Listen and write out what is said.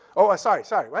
oh, ah sorry. sorry. yeah